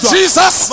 Jesus